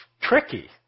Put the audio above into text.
tricky